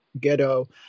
Ghetto